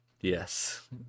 Yes